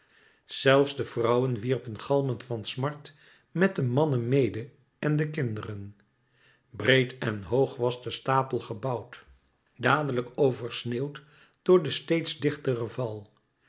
zelfs de vrouwen wierpen galmend van smart met de mannen mede en de kinderen breed en hoog was de stapel gebouwd dadelijk oversneeuwd door den steeds dichteren val